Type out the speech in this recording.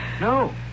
No